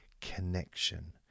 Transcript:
Connection